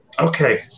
okay